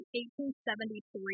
1873